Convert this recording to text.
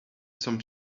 some